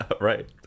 Right